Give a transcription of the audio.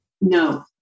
No